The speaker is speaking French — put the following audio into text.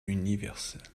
universelle